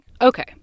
Okay